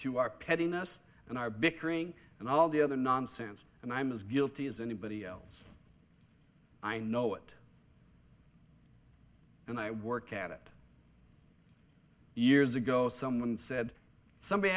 through our pettiness and our bickering and all the other nonsense and i'm as guilty as anybody else i know it and i work at it years ago someone said somebody